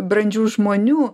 brandžių žmonių